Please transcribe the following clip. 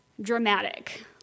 dramatic